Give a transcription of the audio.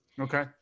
okay